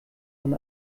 von